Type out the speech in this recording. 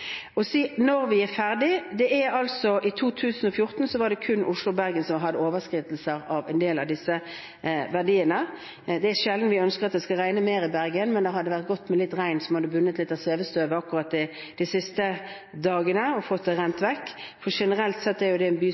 Når er vi ferdige? I 2014 var det kun Oslo og Bergen som hadde overskridelser av en del av disse verdiene. Det er sjelden vi ønsker at det skal regne mer i Bergen, men det hadde vært godt med litt regn som kunne ha bundet litt av svevestøvet akkurat i de siste dagene og fått skyllet det vekk. Generelt sett er jo dette en by